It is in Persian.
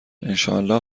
انشااله